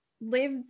live